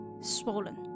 swollen